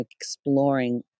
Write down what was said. exploring